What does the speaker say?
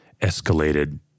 escalated